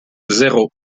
zéro